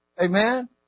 Amen